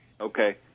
Okay